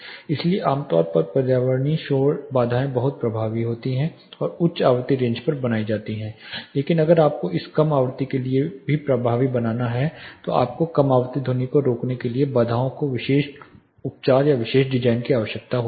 इसलिए आमतौर पर पर्यावरणीय शोर बाधाएं बहुत प्रभावी होती हैं और उच्च आवृत्ति रेंज पर बनाई जाती हैं लेकिन अगर आपको इसे कम आवृत्ति के लिए प्रभावी बनाना है तो आपको कम आवृत्ति ध्वनियों को रोकने के लिए बाधाओं के विशेष उपचार या विशेष डिजाइन की आवश्यकता होती है